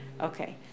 Okay